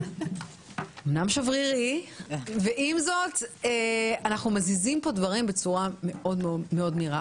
אמנם שברירי ועם זאת אנחנו מזיזים פה דברים בצורה מאוד מהירה.